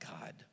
God